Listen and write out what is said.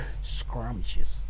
Scrumptious